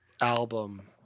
album